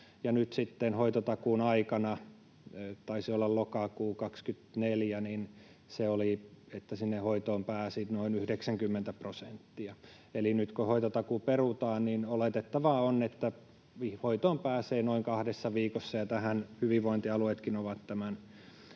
hoitotakuun aikana, taisi olla lokakuu 24, sinne hoitoon pääsi noin 90 prosenttia. Eli nyt kun hoitotakuu perutaan, niin oletettavaa on, että hoitoon pääsee noin kahdessa viikossa, ja tähän hyvinvointialueetkin ovat tämän